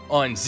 on